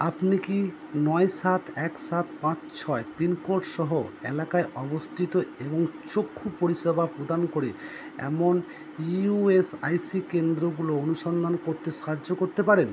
আপনি কি নয় সাত এক সাত পাঁচ ছয় পিন কোড সহ এলাকায় অবস্থিত এবং চক্ষু পরিষেবা প্রদান করে এমন ইউএসআইসি কেন্দ্রগুলো অনুসন্ধান করতে সাহায্য করতে পারেন